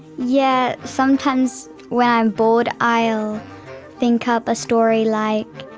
yeah sometimes when i'm bored i'll think up a story like